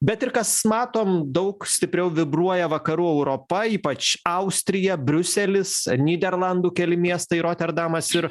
bet ir kas matom daug stipriau vibruoja vakarų europa ypač austrija briuselis nyderlandų keli miestai roterdamas ir